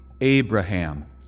Abraham